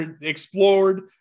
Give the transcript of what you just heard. explored